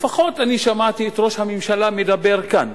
לפחות שמעתי את ראש הממשלה מדבר כאן,